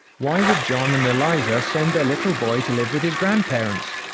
why would john and eliza send their little boy to live with his grandparents?